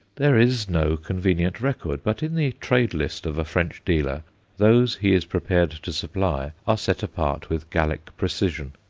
there is no convenient record but in the trade list of a french dealer those he is prepared to supply are set apart with gallic precision.